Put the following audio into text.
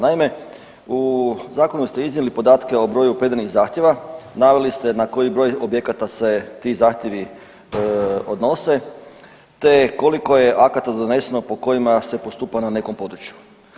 Naime, u Zakonu ste iznijeli podatke o broju predanih zahtjeva, naveli ste na koji broj objekata se ti zahtjevi odnose te koliko je akata doneseno po kojima se postupa na nekom području.